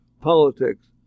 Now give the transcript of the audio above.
politics